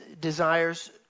desires